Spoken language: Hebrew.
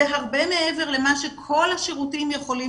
זה הרבה מעבר למה שכל השירותים יכולים